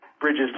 bridges